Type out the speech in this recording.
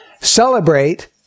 celebrate